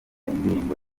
indirimbo